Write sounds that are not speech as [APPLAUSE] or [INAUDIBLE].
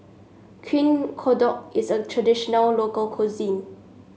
[UNINTELLIGIBLE] Kodok is a traditional local cuisine